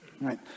Right